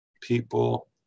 people